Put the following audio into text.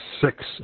six